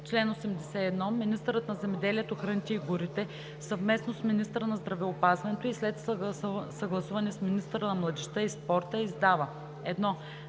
„Чл. 81. Министърът на земеделието, храните и горите, съвместно с министъра на здравеопазването, и след съгласуване с министъра на младежта и спорта издава: